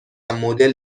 مدل